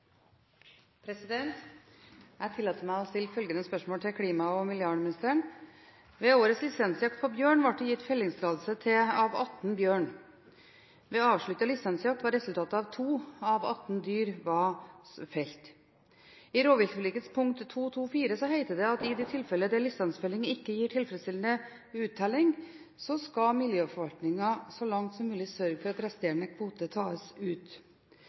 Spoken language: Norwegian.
årets lisensjakt på bjørn ble det gitt tillatelse til felling av 18 bjørn. Ved avsluttet lisensjakt var resultatet at 2 av de 18 bjørnene var felt. I rovviltforlikets pkt. 2.2.4 heter det: «I de tilfeller der lisensfelling ikke gir tilfredsstillende uttelling, skal miljøforvaltningen så langt det er mulig sørge for at resterende kvote tas ut.»